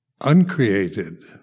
uncreated